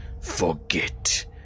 forget